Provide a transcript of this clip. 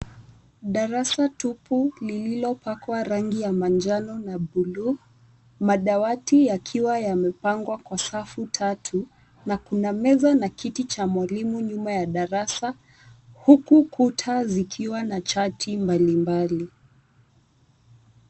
Darasa tupu lililopakwa rangi ya manjano na buluu. Madawati yakiwa yamepangwa kwa safu tatu na kuna meza na kiti cha mwalimu nyuma ya darasa. Huku kuta zikiwa na chati mbalimbali.